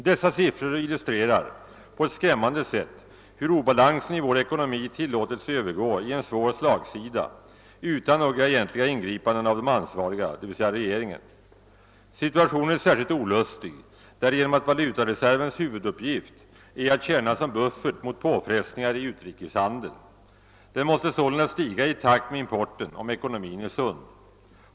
Dessa siffror illustrerar på ett skrämmande sätt hur obalansen i vår ekonomi tillåtits övergå i svår slagsida utan några egentliga ingripanden av de ansvariga, dvs. regeringen. Situationen är särskilt olustig därigenom att valutareservens huvuduppgift är att tjäna som buffert mot påfrestningar i utrikeshandeln. Den måste sålunda stiga i takt med importen om ekonomin är sund.